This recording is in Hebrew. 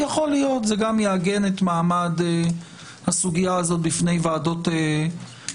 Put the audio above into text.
יכול להיות שזה גם יעגן את מעמד הסוגיה הזאת בפני ועדות הכנסת.